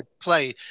play